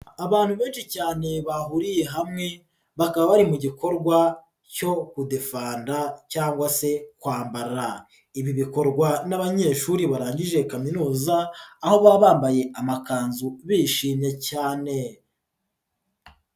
Abantu benshi cyane bahuriye hamwe bakaba bari mu gikorwa cyo kudefanda cyangwa se kwambara, ibi bikorwa n'abanyeshuri barangije kaminuza aho baba bambaye amakanzu bishimye cyane.